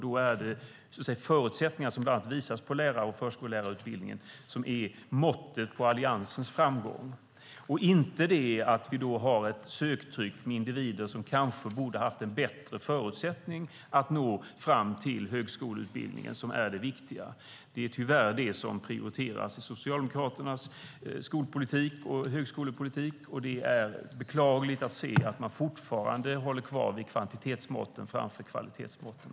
Då är de förutsättningar som bland annat visas på lärar och förskollärarutbildningen måttet på Alliansens framgång - inte att vi har ett söktryck med individer som kanske borde ha haft bättre förutsättningar att nå fram till högskoleutbildningen, som är det viktiga. Men det är tyvärr det som prioriteras i Socialdemokraternas skolpolitik och högskolepolitik. Det är beklagligt att se att man fortfarande håller kvar vid kvantitetsmåtten framför kvalitetsmåtten.